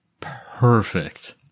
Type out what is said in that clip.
Perfect